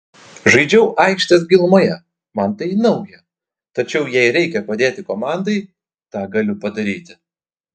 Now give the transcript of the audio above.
žaidžiau aikštės gilumoje man tai nauja tačiau jei reikia padėti komandai tą galiu padaryti